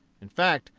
in fact,